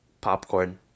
popcorn